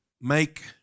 make